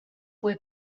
fue